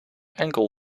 enkel